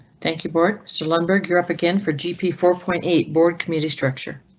thank you bored solenberg you're up again for gp four point eight board committee structure.